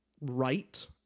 right